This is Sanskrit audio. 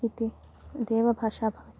इति देवभाषा भवति